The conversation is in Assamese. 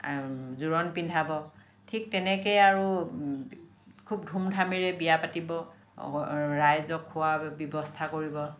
আৰু জোৰোণ পিন্ধাব ঠিক তেনেকৈ আৰু খুব ধুম ধামেৰে বিয়া পাতিব ৰাইজক খোৱাৰ ব্যৱস্থা কৰিব